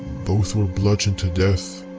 both were bludgeoned to death.